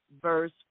verse